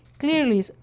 Clearly